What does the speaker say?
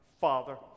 Father